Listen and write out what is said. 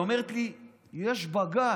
היא אומרת לי: יש בג"ץ.